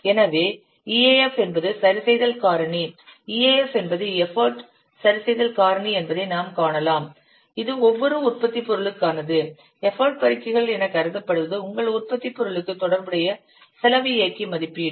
எனவே EAF என்பது சரிசெய்தல் காரணி EAF என்பது எஃபர்ட் சரிசெய்தல் காரணி என்பதை நாம் காணலாம் இது ஒவ்வொரு உற்பத்திப் பொருளுக்கானது எஃபர்ட் பெருக்கிகள் எனக் கருதப்படுவது உங்கள் உற்பத்திப் பொருளுக்கு தொடர்புடைய செலவு இயக்கி மதிப்பீடு